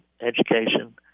education